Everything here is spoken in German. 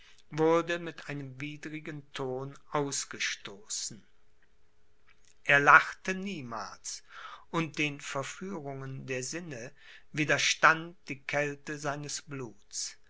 wurde mit einem widrigen ton ausgestoßen er lachte niemals und den verführungen der sinne widerstand die kälte seines bluts